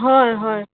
হয় হয়